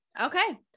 okay